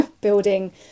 building